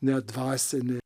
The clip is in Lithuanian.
ne dvasinė